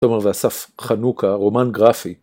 ‫כלומר, זה אסף חנוכה, רומן גרפי.